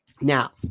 Now